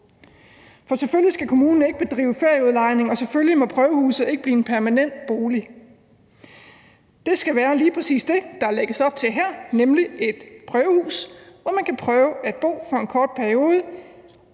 For selvfølgelig skal kommunen ikke bedrive ferieudlejning, og selvfølgelig må prøvehuse ikke blive en permanent bolig. Det skal være lige præcis det, der lægges op til her, nemlig et prøvehus, hvor man kan prøve at bo for en kort periode.